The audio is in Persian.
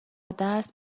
دست